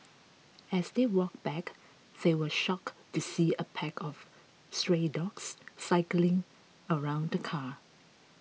as they walked back they were shocked to see a pack of stray dogs circling around the car